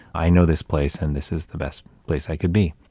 i know this place, and this is the best place i could be.